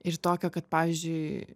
ir tokio kad pavyzdžiui